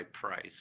price